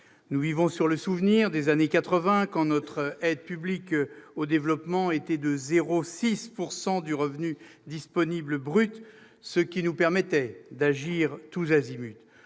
Nous vivons sur le souvenir des années 80, quand notre aide publique au développement était de 0,6 % du revenu disponible brut, ce qui nous permettait d'agir tous azimuts.